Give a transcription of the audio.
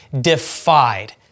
defied